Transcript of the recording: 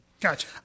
Gotcha